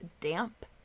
damp